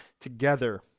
together